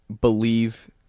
believe